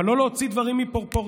אבל לא להוציא דברים מפרופורציות,